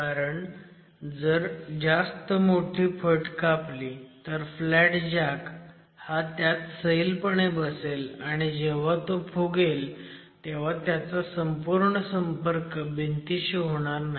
कारण जर जास्त मोठी फट कापली तर फ्लॅट जॅक हा त्यात सैलपणे बसेल आणि जेव्हा तो फुगेल तेव्हा त्याचा संपूर्ण संपर्क भिंतीशी होणार नाही